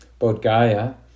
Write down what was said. Bodhgaya